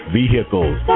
vehicles